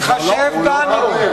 תתחשב בנו.